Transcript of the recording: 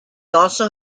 also